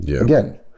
again